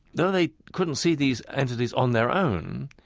though they couldn't see these entities on their own,